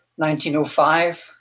1905